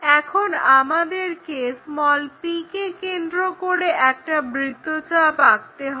এখন আমাদেরকে p কে কেন্দ্র করে একটা বৃত্তচাপ আঁকতে হবে